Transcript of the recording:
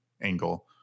angle